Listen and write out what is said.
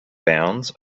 bounds